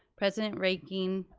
president reinking,